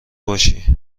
باشی